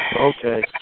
Okay